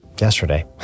yesterday